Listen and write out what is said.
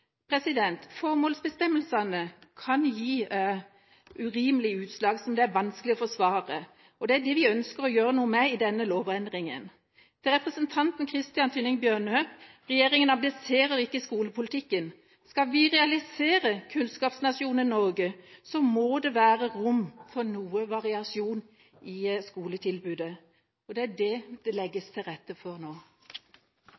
Formålsbestemmelsene kan gi urimelige utslag som det er vanskelig å forsvare, og det er det vi ønsker å gjøre noe med i denne lovendringen. Til representanten Christian Tynning Bjørnø: Regjeringen abdiserer ikke skolepolitikken. Skal vi realisere kunnskapsnasjonen Norge, må det være rom for noe variasjon i skoletilbudet, og det er det det